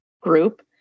group